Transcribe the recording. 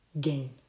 gain